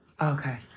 Okay